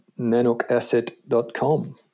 nanookasset.com